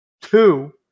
Two